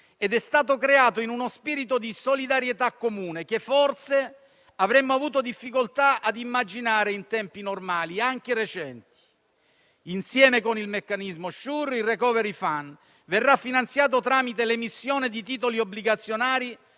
ed è stato creato in uno spirito di solidarietà comune, che forse avremmo avuto difficoltà ad immaginare in tempi normali, anche recenti. Insieme con il meccanismo SURE, il *recovery fund* verrà finanziato tramite l'emissione di titoli obbligazionari